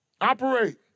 Operate